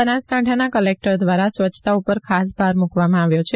બનાસકાંઠાના કલેકટર દ્વારા સ્વચ્છતા પર ખાસ ભાર મુકવામાં આવ્યો છે